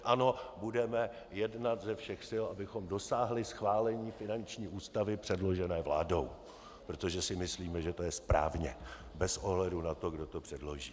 Ano, budeme jednat ze všech sil, abychom dosáhli schválení finanční ústavy předložené vládou, protože si myslíme, že to je správně bez ohledu na to, kdo to předloží.